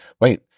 Wait